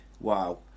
wow